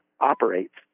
operates